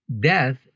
death